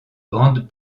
grandes